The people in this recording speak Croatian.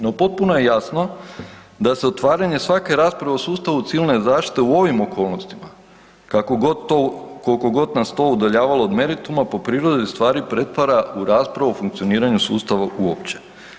No potpuno je jasno da se otvaranje svake rasprave o sustavu Civilne zaštite u ovim okolnostima, kako god, koliko god nas to udaljavalo od merituma, po prirodi stvari pretvara u raspravu o funkcioniranju sustava uopće.